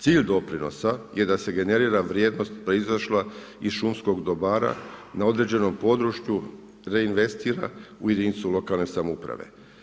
Cilj doprinosa je da se generira vrijednost proizašla iz šumskog dobara na određenom području reinvestira u jedinicu lokalne samouprave.